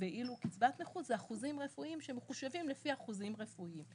ואילו קצבת נכות זה אחוזים רפואיים שמחושבים לפי אחוזים רפואיים.